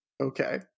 Okay